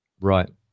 right